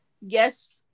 yes